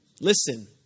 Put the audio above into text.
Listen